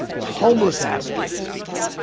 homeless advocate speaking.